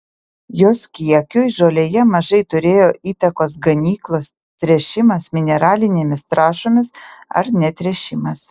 jos kiekiui žolėje mažai turėjo įtakos ganyklos tręšimas mineralinėmis trąšomis ar netręšimas